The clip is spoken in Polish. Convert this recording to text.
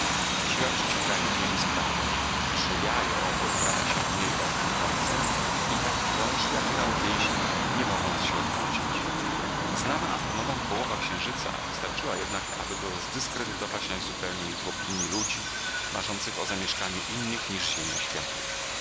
siła przyciągania ziemi sprawia że jaje owo zwraca się ku niej ostrym końcem i tak krąży jakby na uwięzi nie mogąc się odwrócić znana astronomom połowa księżyca wystarczyła jednak aby go zdyskredytować najzupełniej w opinji ludzi marzących o zamieszkaniu innych niż ziemia światów